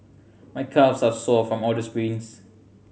my calves are sore from all the sprints